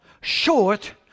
short